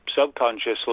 subconsciously